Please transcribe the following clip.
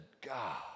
God